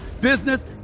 business